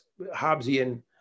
Hobbesian